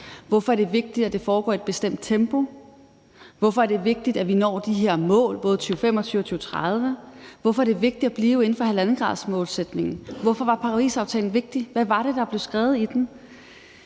Hvorfor er det vigtigt, at det foregår i et bestemt tempo? Hvorfor er det vigtigt, at vi når de her mål, både i 2025 og i 2030? Hvorfor er det vigtigt at blive inden for 1,5-gradersmålsætningen? Hvorfor var Parisaftalen vigtig? Hvad var det, der blev skrevet i den?